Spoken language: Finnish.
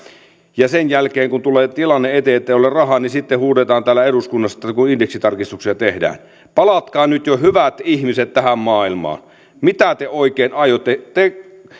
ja sen jälkeen kun tulee tilanne eteen että ei ole rahaa niin sitten huudetaan täällä eduskunnassa kun indeksitarkistuksia tehdään palatkaa nyt jo hyvät ihmiset tähän maailmaan mitä te oikein aiotte te